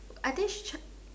I think she charge